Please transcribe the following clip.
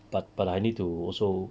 but but I need to also